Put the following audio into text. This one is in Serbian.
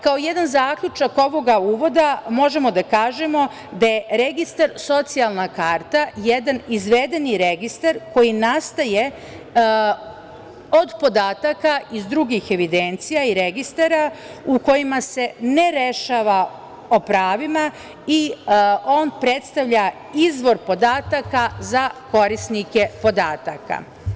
Kao jedan zaključak ovoga uvoda možemo da kažemo da je registar socijalna karta jedan izvedeni registar koji nastaje od podataka iz drugih evidencija i registara u kojima se ne rešava po pravima i on predstavlja izvor podataka za korisnike podataka.